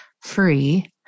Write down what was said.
free